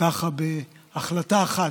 ככה בהחלטה אחת,